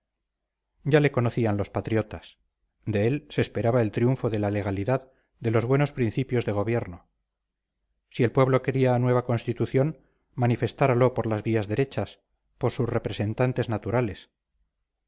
ya le conocían los patriotas de él se esperaba el triunfo de la legalidad de los buenos principios de gobierno si el pueblo quería nueva constitución manifestáralo por las vías derechas por sus representantes naturales